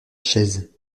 chaises